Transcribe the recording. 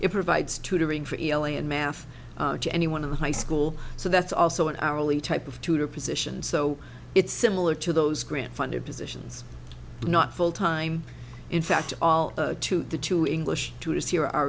it provides tutoring for ellie and math to anyone of the high school so that's also an hourly type of tutor position so it's similar to those grant funded positions not full time in fact all to the two english to us here are